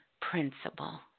principle